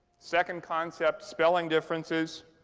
second concept, spelling differences,